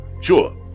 sure